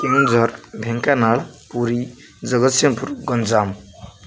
Keonjhar Dhenkanal Puri Jagatsinghpur Ganjam